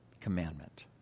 commandment